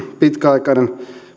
pitkäaikainen